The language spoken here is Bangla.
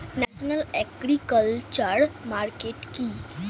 ন্যাশনাল এগ্রিকালচার মার্কেট কি?